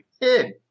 Kid